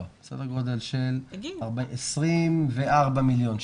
סדר גודל של 24 מיליון שקלים.